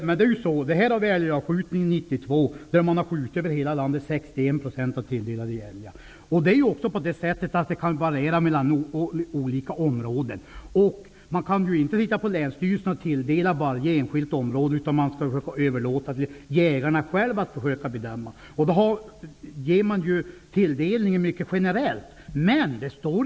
Herr talman! Det är så. År 1992 sköt man över hela landet 61 % av de tilldelade älgarna. Det kan variera mellan olika områden. Man kan inte låta länsstyrelsen göra tilldelningen för varje enskilt område, utan man skall överlåta till jägarna själva att försöka bedöma detta. Man gör då en mycket generell tilldelning.